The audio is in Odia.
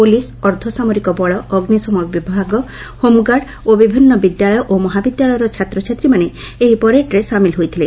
ପୁଲିସ୍ ଅର୍ବ୍ବସାମରିକ ବଳ ଅଗ୍ନିଶମ ବିଭାଗ ହୋମ୍ଗାର୍ଡ ଓ ବିଭିନ୍ ବିଦ୍ୟାଳୟ ଓ ମହାବିଦ୍ୟାଳୟର ଛାତ୍ରଛାତ୍ରୀମାନେ ଏହି ପରେଡ୍ରେ ସାମିଲ ହୋଇଥିଲେ